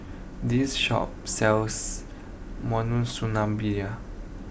this Shop sells